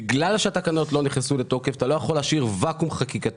בגלל שהתקנות לא נכנסו לתוקף אתה לא יכול להשאיר תוקף חקיקתי.